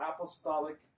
apostolic